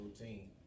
routine